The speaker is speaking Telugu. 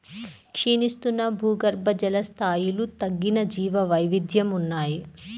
క్షీణిస్తున్న భూగర్భజల స్థాయిలు తగ్గిన జీవవైవిధ్యం ఉన్నాయి